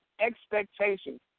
expectations